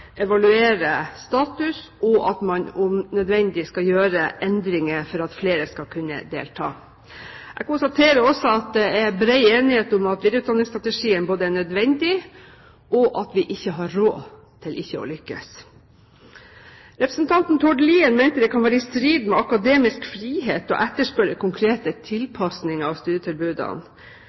evaluere status og om nødvendig gjøre endringer for at flere skal kunne delta. Jeg konstaterer også at det er bred enighet om at videreutdanningsstrategien er nødvendig, og at vi ikke har råd til ikke å lykkes. Representanten Tord Lien mener det kan være i strid med akademisk frihet å etterspørre konkrete tilpasninger av studietilbudene